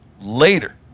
Later